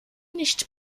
nicht